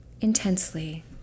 Intensely